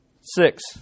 Six